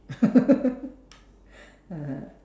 (uh huh)